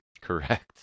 Correct